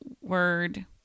word